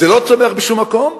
זה לא צומח בשום מקום?